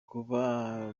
kuba